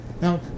Now